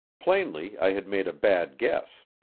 plainly i had made a bad guess.